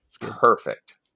perfect